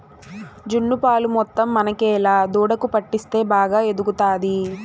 జున్ను పాలు మొత్తం మనకేలా దూడకు పట్టిస్తే బాగా ఎదుగుతాది